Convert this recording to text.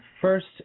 first